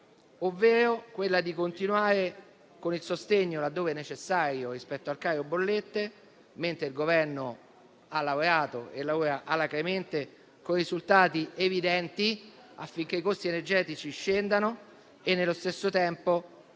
quella di continuare con il sostegno - laddove necessario - rispetto al caro bollette, mentre il Governo ha lavorato e lavora alacremente, con risultati evidenti, affinché i costi energetici scendano e nello stesso tempo